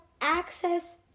access